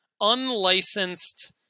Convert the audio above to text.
unlicensed